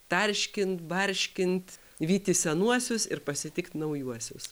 tarškint barškint vyti senuosius ir pasitikt naujuosius